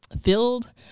filled